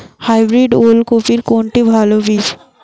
Hybrid ওল কপির কোনটি ভালো বীজ?